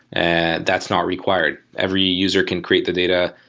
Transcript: and that's not required. every user can create the data,